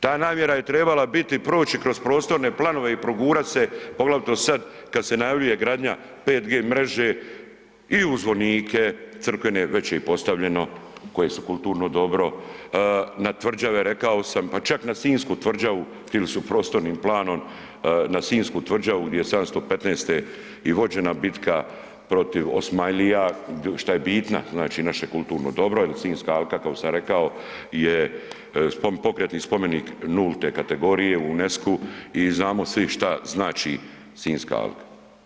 Ta namjera je trebala biti, proći kroz prostorne planove i progurat se, poglavito sad kad se najavljuje gradnja 5G mreže i u zvonike crkvene, već je i postavljeno koje su kulturno dobro, na tvrđave rekao sam, pa čak na sinjsku tvrđavu tili su prostornim planon na sionjsku tvrđavu gdje je '715. i vođena bitka protiv Osmajlija, šta je bitna, znači naše kulturno dobro jel sinjska alka, kao što sam rekao, je pokretni spomenik nulte kategorije u UNESCO-u i znamo svi šta znači sinjska alka.